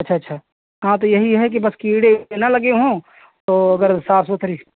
अच्छा अच्छा हाँ तो यही है कि बस कीड़े उनपर ना लगें हों तो अगर साफ सुथरी